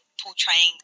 portraying